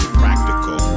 practical